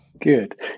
Good